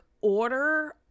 order